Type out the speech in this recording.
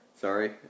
Sorry